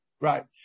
Right